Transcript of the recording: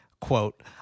Quote